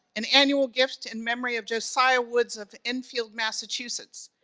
an annual gift in memory of josiah woods of enfield, massachusetts,